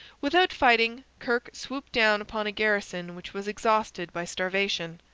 without fighting, kirke swooped down upon a garrison which was exhausted by starvation.